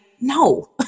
no